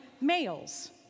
males